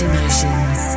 Emotions